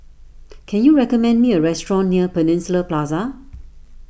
can you recommend me a restaurant near Peninsula Plaza